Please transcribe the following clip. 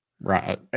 Right